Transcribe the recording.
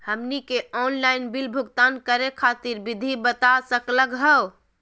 हमनी के online bill भुगतान करे खातीर विधि बता सकलघ हो?